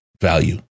value